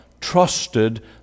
trusted